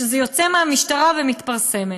שזה יוצא מהמשטרה והיא מפרסמת.